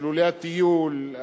מסלולי הטיול,